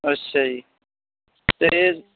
ਅੱਛਾ ਜੀ ਅਤੇ